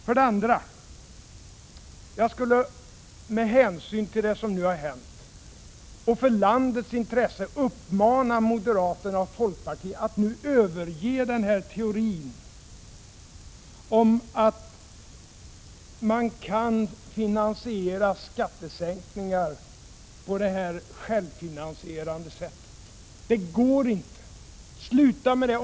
För det andra skulle jag med hänsyn till det som har hänt och i landets intresse vilja uppmana moderaterna och folkpartiet att nu överge den här teorin om att man kan finansiera skattesänkningar på det här självfinansierande sättet. Det går inte. Sluta med det!